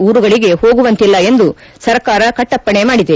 ಊರುಗಳಿಗೆ ಹೋಗುವಂತಿಲ್ಲ ಎಂದು ಸರ್ಕಾರ ಕಟ್ಟಪ್ಪಣೆ ಮಾಡಿದೆ